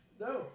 No